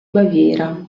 baviera